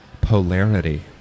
polarity